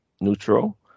neutral